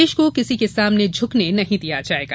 देश को किसी के सामने झुकने नहीं दिया जायेगा